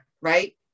right